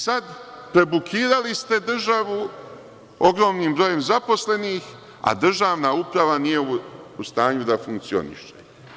Sada ste prebukirali državnu upravu ogromnim brojem zaposlenih, a državna uprava nije u stanju da funkcioniše.